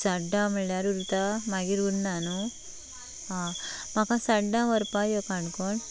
सात धा म्हणल्यार उरतां मागीर उरनां नू आ म्हाका साडें धांक व्हरपाक यो काणकोण